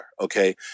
okay